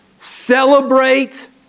celebrate